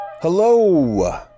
Hello